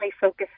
focused